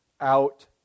out